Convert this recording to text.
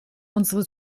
unsere